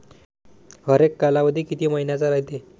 हरेक कालावधी किती मइन्याचा रायते?